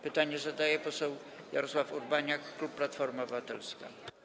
Pytanie zadaje poseł Jarosław Urbaniak, klub Platforma Obywatelska.